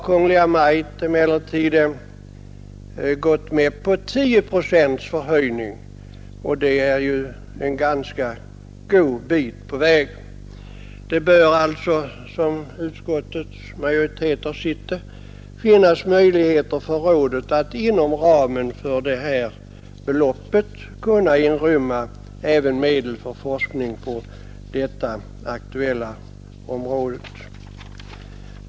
Kungl. Maj:t har gått med på 10 procents höjning, och det är ju en ganska god bit på vägen. Det bör alltså, som utskottets majoritet har sett det, finnas möjligheter för rådet att inom ramen av detta belopp inrymma även medel för forskning på det nu aktuella området.